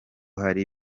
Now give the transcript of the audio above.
hari